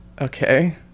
okay